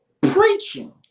preaching